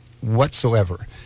whatsoever